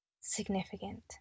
significant